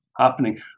Happening